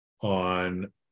on